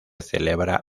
celebra